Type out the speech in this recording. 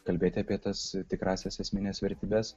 kalbėti apie tas tikrąsias esmines vertybes